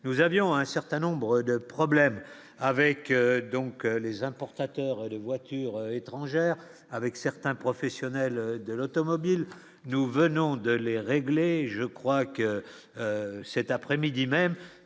nous avions un certain nombre de problèmes avec donc les importateurs de voitures étrangères avec certains professionnels de l'automobile, nous venons de les régler, je crois que cet après-midi même,